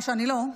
מה שאני לא,